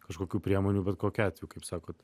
kažkokių priemonių bet kokiu atveju kaip sakot